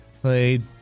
Played